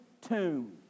tomb